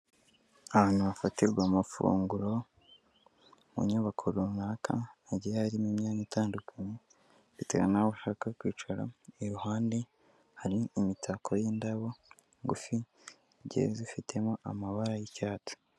Ahantu hafatirwa amafunguro mu nyubako runaka hagiye harimo imyenya itandukanye bitewe naho ushaka kwicara, iruhande hari imitako y'indabo ngufige zifitemo amabara y'icyatsi.